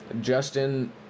Justin